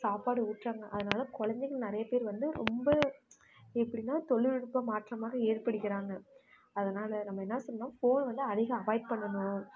சாப்பாடு ஊட்டுறாங்க அதனால குழந்தைங்க நிறைய பேர் வந்து ரொம்ப எப்படின்னா தொழில் நுட்பம் மாற்றமாக ஏற்படுகிறாங்க அதனால நம்ம என்ன செய்யணுனா ஃபோன் வந்து அதிக அவாய்ட் பண்ணுனும்